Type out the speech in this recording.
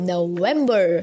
November